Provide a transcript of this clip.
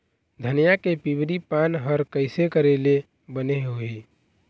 धनिया के पिवरी पान हर कइसे करेले बने होही?